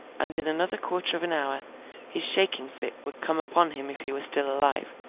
and in another quarter of an hour his shaking fit would come upon him if he were still alive,